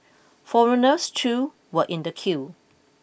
foreigners too were in the queue